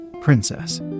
princess